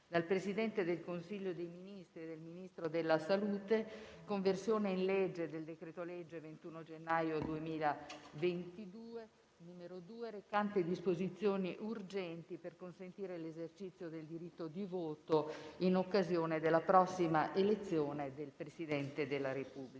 *dal Presidente del Consiglio dei ministri e dal Ministro della salute:* «Conversione in legge del decreto-legge 21 gennaio 2022, n. 2, recante disposizioni urgenti per consentire l'esercizio del diritto di voto in occasione della prossima elezione del Presidente della Repubblica»